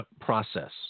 process